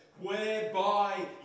whereby